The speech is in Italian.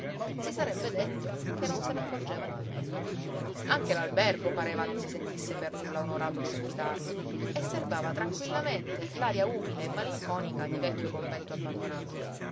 si sarebbe detto che non se n'accorgeva nemmeno anche l'albergo pareva non si sentisse per nulla onorato d'ospitarlo e serbava tranquillamente l'aria umile e malinconica di vecchio convento abbandonato